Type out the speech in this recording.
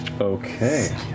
Okay